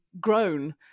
grown